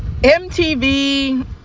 MTV